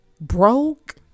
Broke